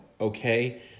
okay